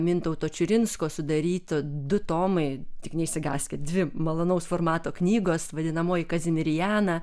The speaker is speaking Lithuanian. mintauto čiurinsko sudaryti du tomai tik neišsigąskit dvi malonaus formato knygos vadinamoji kazimirjena